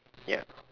ya